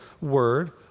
word